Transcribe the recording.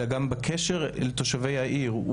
אלא גם בקשר לתושבי העיר.